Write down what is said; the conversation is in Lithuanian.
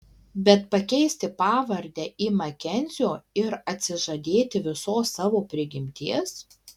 bet pakeisti pavardę į makenzio ir atsižadėti visos savo prigimties